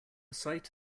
site